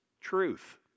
truth